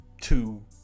two